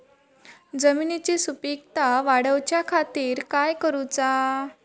जमिनीची सुपीकता वाढवच्या खातीर काय करूचा?